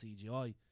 CGI